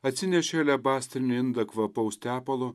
atsinešė alebastrinį indą kvapaus tepalo